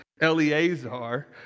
Eleazar